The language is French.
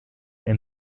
est